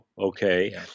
Okay